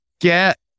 get